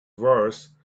worse